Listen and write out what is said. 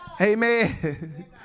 Amen